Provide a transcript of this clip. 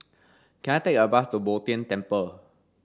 can I take a bus to Bo Tien Temple